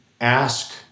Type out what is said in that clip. ask